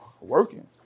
working